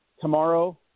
tomorrow